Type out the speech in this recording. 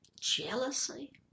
jealousy